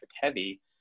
heavy